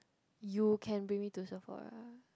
you can bring me to Sephora